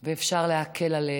ואפשר להקל עליהם.